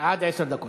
עד עשר דקות.